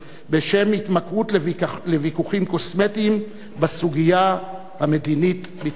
בשם התמכרות לוויכוחים קוסמטיים בסוגיה המדינית-ביטחונית.